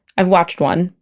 i've watched one,